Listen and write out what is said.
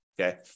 okay